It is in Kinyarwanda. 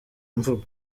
mvugo